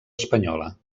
espanyola